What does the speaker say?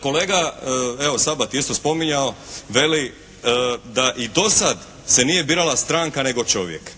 Kolega evo Sabati je isto spominjao. Veli da i do sada se nije birala stranka nego čovjek.